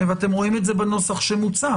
ואתם רואים את זה בנוסח המוצע